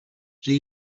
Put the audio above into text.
j’ai